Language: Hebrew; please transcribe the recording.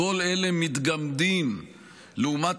כל אלה מתגמדים לעומת